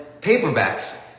paperbacks